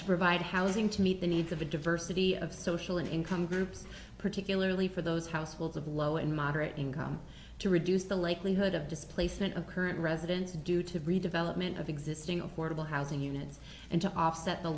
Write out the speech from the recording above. to provide housing to meet the needs of a diversity of social and income groups particularly for those households of low and moderate income to reduce the likelihood of displacement of current residents due to redevelopment of existing affordable housing units and to offset the